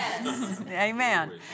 Amen